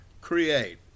create